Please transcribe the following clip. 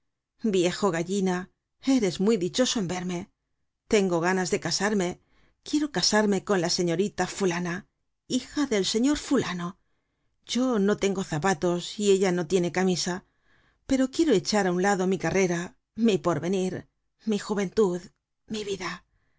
viejo gallina eres muy dichoso en verme tengo ganas de casarme quiero casarme con la señorita fulana hija del señor fulano yo no tengo zapatos y ella no tiene camisa pero quiero echar a un lado mi carrera mi porvenir mi juventud mi vida